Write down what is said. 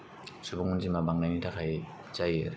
सुबुं अन्जिमा बांनायनि थाखाय जायो